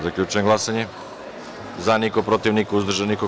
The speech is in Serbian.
Zaključujem glasanje: za – niko, protiv – niko, uzdržanih – nema.